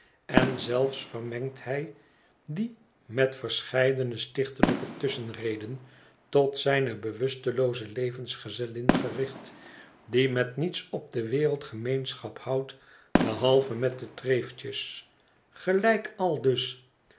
en zelfs vermengt hij die met verscheidene stichtelijke tusschenreden tot zijne bewustelooze levensgezellin gericht die met niets op de wereld gemeenschap houdt behalve met de treeftjes gelijk aldus